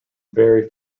very